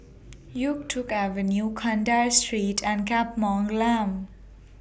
Yuk Tong Avenue Kandahar Street and Glam